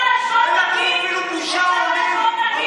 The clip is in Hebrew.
בושה וחרפה.